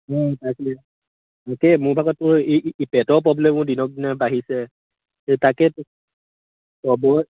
তাকে একেই মোৰ ভাগৰ তোৰ পেটৰ প্ৰব্লেমো দিনক দিনে বাঢ়িছে তাকেইতো খোৱা বোৱাত